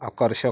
आकर्षक